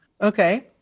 Okay